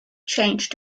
changed